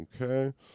Okay